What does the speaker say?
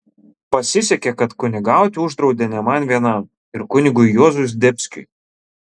pasisekė kad kunigauti uždraudė ne man vienam ir kunigui juozui zdebskiui